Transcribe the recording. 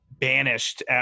banished